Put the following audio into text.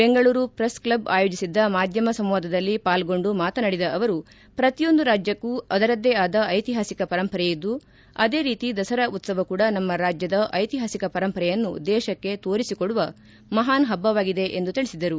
Bengaluru press club ಆಯೋಜಿಸಿದ್ದ ಮಾಧ್ಯಮ ಸಂವಾದದಲ್ಲಿ ಪಾಲ್ಗೋಂಡು ಮಾತನಾಡಿದ ಅವರು ಶ್ರತಿಯೊಂದು ರಾಜ್ಞಕ್ಕೂ ಅವರದೇ ಆದ ಐತಿಹಾಸಕ ಪರಂಪರೆಯಿದ್ದು ಆದೇ ರೀತಿ ದಸರಾ ಉತ್ತವ ಕೂಡ ನಮ್ಮ ರಾಜ್ಯದ ಐತಿಹಾಸಕ ಪರಂಪರೆಯನ್ನು ದೇಶಕ್ಕೆ ತೋರಿಸಿ ಕೊಡುವ ಮಹಾನ್ ಹಬ್ಬವಾಗಿದೆ ಎಂದು ತಿಳಿಸಿದರು